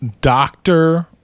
Doctor